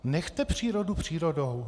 Nechte přírodu přírodou.